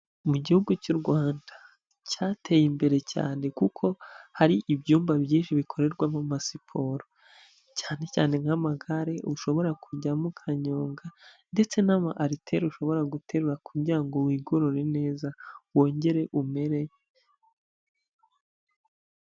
Mu gihugu cy'u Rwanda cyateye imbere cyane kuko hari ibyumba byinshi bikorerwamo amasiporo, cyane cyane nk'amagare ushobora kujyamo ukanyonga ndetse n'ama ariteri ushobora guterura kugira ngo wigorore neza wongere umere...